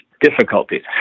difficulties